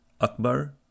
Akbar